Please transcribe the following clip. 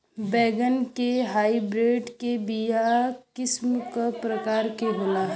बैगन के हाइब्रिड के बीया किस्म क प्रकार के होला?